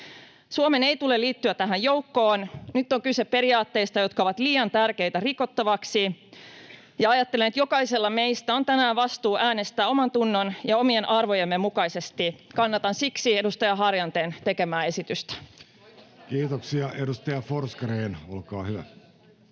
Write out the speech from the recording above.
Suomen ei tule liittyä tähän joukkoon. Nyt on kyse periaatteista, jotka ovat liian tärkeitä rikottaviksi. Ajattelen, että jokaisella meistä on tänään vastuu äänestää omantunnon ja omien arvojemme mukaisesti. Kannatan siksi edustaja Harjanteen tekemää esitystä. [Speech